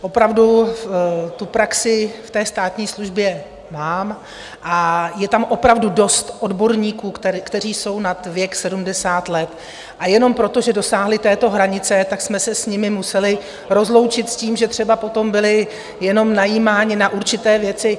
Opravdu praxi v státní službě mám a je tam opravdu dost odborníků, kteří jsou nad věk 70 let, a jenom proto, že dosáhli této hranice, tak jsme se s nimi museli rozloučit s tím, že třeba potom byli jenom najímáni na určité věci.